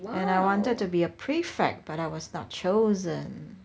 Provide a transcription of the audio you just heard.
and I wanted to be a prefect but I was not chosen